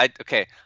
Okay